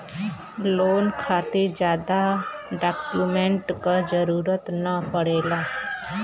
loan खातिर जादा document क जरुरत न पड़ेला